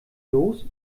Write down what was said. los